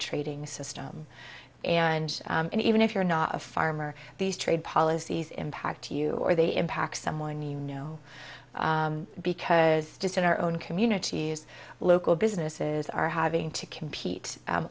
trading system and even if you're not a farmer these trade policies impact you or they impact someone you know because just in our own communities local businesses are having to compete